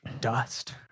dust